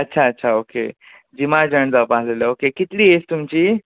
अच्छा अच्छा ओके जिमाक जॉयन जावपाक आसलेलें ओके कितली एज तुमची